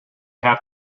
have